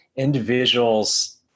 individuals